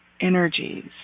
energies